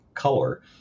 color